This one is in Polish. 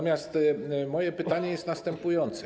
Moje pytanie jest następujące.